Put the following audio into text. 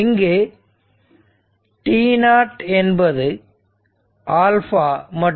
இங்கு t0 என்பது மற்றும்